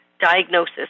diagnosis